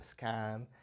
scam